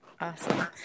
awesome